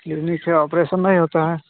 clinic है operation नहीं होता है